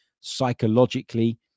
psychologically